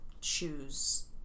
choose